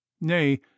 nay